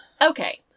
Okay